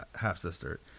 half-sister